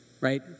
right